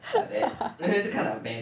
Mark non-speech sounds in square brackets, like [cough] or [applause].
[laughs]